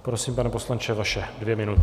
Prosím, pane poslanče, vaše dvě minuty.